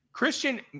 Christian